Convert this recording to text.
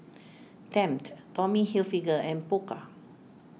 Tempt Tommy Hilfiger and Pokka